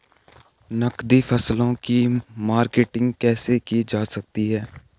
नकदी फसलों की मार्केटिंग कैसे की जा सकती है?